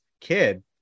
kid